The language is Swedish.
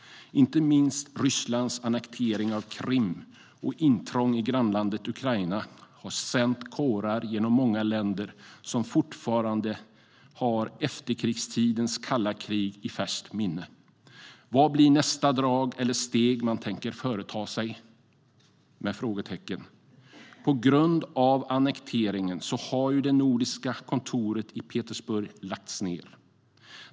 Inte minst Rysslands annektering av Krim och intrång i grannlandet Ukraina har sänt kårar genom många länder som fortfarande har efterkrigstidens kalla krig i färskt minne. Vad blir nästa drag eller steg man tänker företa sig? På grund av annekteringen har det nordiska kontoret i Sankt Petersburg lagts ner.